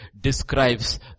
describes